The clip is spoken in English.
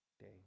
day